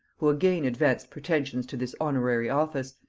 who again advanced pretensions to this honorary office,